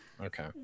Okay